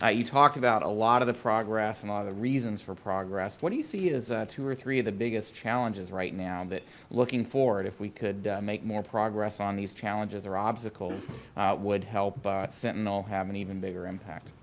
ah you talked about a lot of the progress and a lot of the reasons for progress what do you see as two or three of the biggest challenges right now looking forward if we could make more progress on these challenges or obstacles would help but sentinel have an even bigger impact?